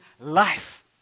life